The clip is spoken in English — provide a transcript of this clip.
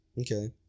Okay